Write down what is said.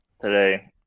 today